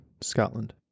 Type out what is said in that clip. Scotland